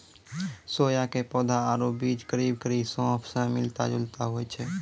सोया के पौधा आरो बीज करीब करीब सौंफ स मिलता जुलता होय छै